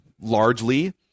largely